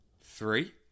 three